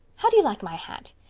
how do you like my hat?